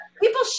people